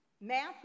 Matthew